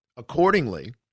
Accordingly